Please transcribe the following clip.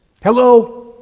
Hello